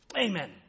Amen